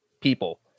people